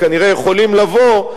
כנראה יכולים לבוא,